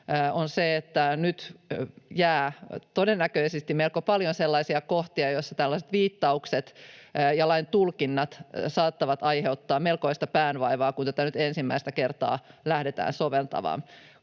on se, että nyt jää todennäköisesti melko paljon sellaisia kohtia, joissa tällaiset viittaukset ja laintulkinnat saattavat aiheuttaa melkoista päänvaivaa, kun tätä nyt ensimmäistä kertaa lähdetään soveltamaan.